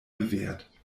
bewährt